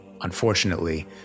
Unfortunately